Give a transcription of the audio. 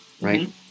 right